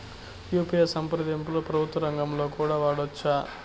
UPI సంప్రదింపులు ప్రభుత్వ రంగంలో కూడా వాడుకోవచ్చా?